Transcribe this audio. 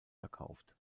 verkauft